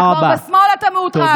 אתה כבר בשמאל, אתה מאותרג.